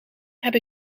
heb